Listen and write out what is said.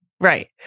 right